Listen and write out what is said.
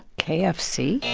kfc?